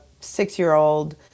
six-year-old